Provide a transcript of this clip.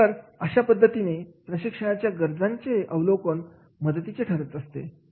आहे तर अशा पद्धतीने प्रशिक्षणाच्या गरजेचे अवलोकन मदतीचे ठरत असते